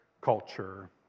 culture